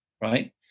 right